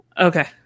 Okay